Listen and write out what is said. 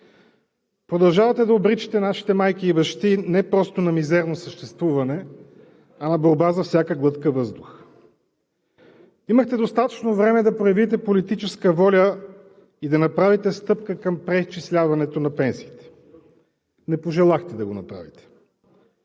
Продължавате да обричате нашите майки и бащи не просто на мизерно съществуване, а на борба за всяка глътка въздух. Имахте достатъчно време да проявите политическа воля и да направите стъпка към преизчисляването на пенсиите. Не пожелахте да го направите.